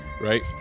right